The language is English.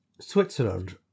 Switzerland